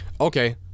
okay